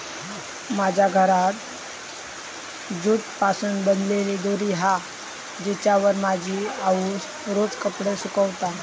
माझ्या घरात जूट पासून बनलेली दोरी हा जिच्यावर माझी आउस रोज कपडे सुकवता